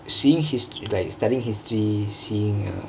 seeingk his~ like studyingk history seeingk